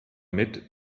mit